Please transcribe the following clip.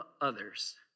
others